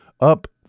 up